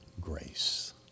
grace